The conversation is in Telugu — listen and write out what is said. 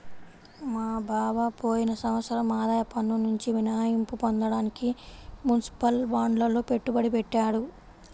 మా బావ పోయిన సంవత్సరం ఆదాయ పన్నునుంచి మినహాయింపు పొందడానికి మునిసిపల్ బాండ్లల్లో పెట్టుబడి పెట్టాడు